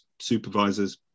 supervisors